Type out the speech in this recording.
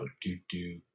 do-do